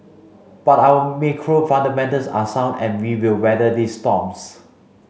but our macro fundamentals are sound and we will weather these storms